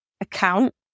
account